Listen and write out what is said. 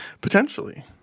Potentially